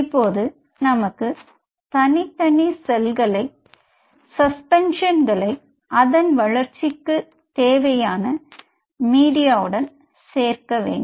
இப்போது நமக்கு தனி தனி செல்களை சஸ்பென்ஷன்களை அதன் வளர்ச்சிக்கு தேவையான மீடியாவுடன் சேர்க்க வேண்டும்